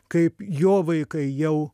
kaip jo vaikai jau